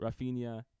Rafinha